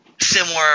similar